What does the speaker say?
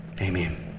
Amen